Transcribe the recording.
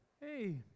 Hey